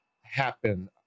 happen